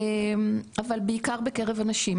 אבל בעיקר בקרב הנשים,